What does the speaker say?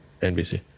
NBC